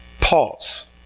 Pause